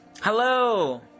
Hello